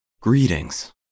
Greetings